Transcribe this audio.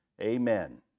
Amen